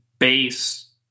Base